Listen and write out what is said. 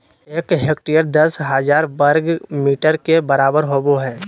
एक हेक्टेयर दस हजार वर्ग मीटर के बराबर होबो हइ